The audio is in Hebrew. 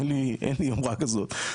אין לי יומרה כזאת,